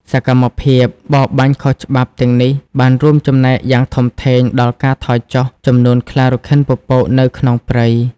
សកម្មភាពបរបាញ់ខុសច្បាប់ទាំងនេះបានរួមចំណែកយ៉ាងធំធេងដល់ ការថយចុះចំនួនខ្លារខិនពពកនៅក្នុងព្រៃ។